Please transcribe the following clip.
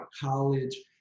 college